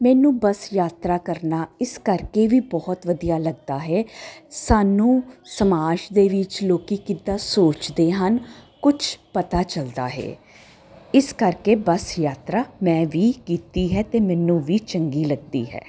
ਮੈਨੂੰ ਬਸ ਯਾਤਰਾ ਕਰਨਾ ਇਸ ਕਰਕੇ ਵੀ ਬਹੁਤ ਵਧੀਆ ਲੱਗਦਾ ਹੈ ਸਾਨੂੰ ਸਮਾਜ ਦੇ ਵਿੱਚ ਲੋਕੀ ਕਿੱਦਾਂ ਸੋਚਦੇ ਹਨ ਕੁਛ ਪਤਾ ਚਲਦਾ ਹੈ ਇਸ ਕਰਕੇ ਬਸ ਯਾਤਰਾ ਮੈਂ ਵੀ ਕੀਤੀ ਹੈ ਅਤੇ ਮੈਨੂੰ ਵੀ ਚੰਗੀ ਲੱਗਦੀ ਹੈ